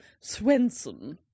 Swenson